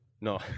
no